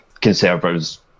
Conservatives